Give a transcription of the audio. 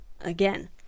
again